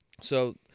so-